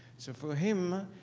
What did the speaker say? so for him,